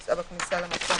שחייה ומכון כושר"